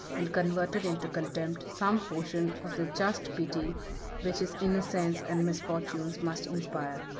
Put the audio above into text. and converted into contempt some portion of the just pity which his innocence and misfortunes must inspire.